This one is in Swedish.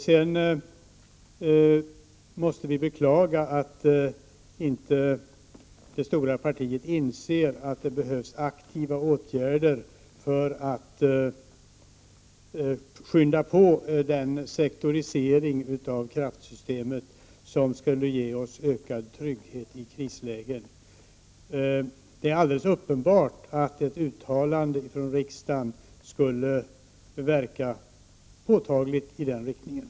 Vi måste beklaga att det stora partiet inte inser att det behövs aktiva åtgärder för att skynda på den sektorisering av kraftsystemet som skulle ge oss ökad trygghet i krislägen. Det är alldeles uppenbart att ett uttalande från riksdagen påtagligt skulle verka i den riktningen.